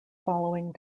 following